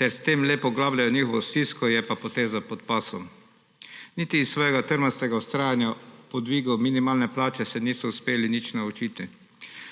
ter s tem le poglabljajo njihovo stisko, je pa poteza pod pasom. Niti iz svojega trmastega vztrajanja po dvigu minimalne plače se niso uspeli nič naučiti.